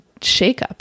shakeup